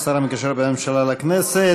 השר המקשר בין הממשלה לכנסת.